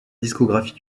discographie